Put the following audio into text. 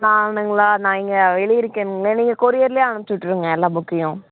நானுங்களா நான் இங்கே வெளியே இருக்கனுங்களே நீங்கள் கொரியர்ல அனுப்ச்சுவிட்ருங்க எல்லா புக்கையும்